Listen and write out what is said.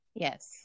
Yes